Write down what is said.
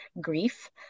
grief